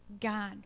God